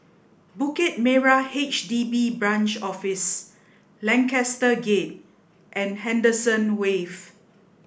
Bukit Merah HDB Branch Office Lancaster Gate and Henderson Wave